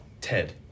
Ted